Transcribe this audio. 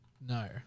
No